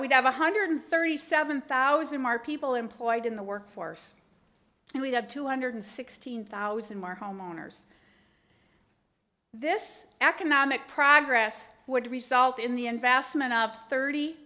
we'd have one hundred thirty seven thousand more people employed in the workforce and we'd have two hundred sixteen thousand mark homeowners this economic progress would result in the investment of thirty